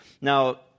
Now